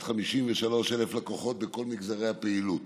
לכ-553,000 לקוחות בכל מגזרי הפעילות.